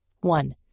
One